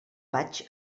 vaig